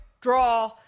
draw